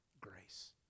grace